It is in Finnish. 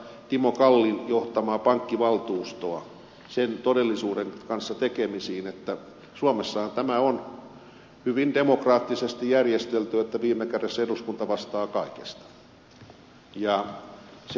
timo kallin johtamaa pankkivaltuustoa sen todellisuuden kanssa tekemisiin että suomessahan tämä on hyvin demokraattisesti järjestelty että viime kädessä eduskunta vastaa kaikesta